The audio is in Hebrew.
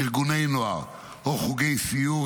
ארגוני נוער או חוגי סיור,